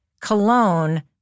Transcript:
cologne